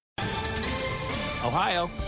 Ohio